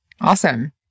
awesome